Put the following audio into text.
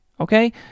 Okay